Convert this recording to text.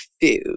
food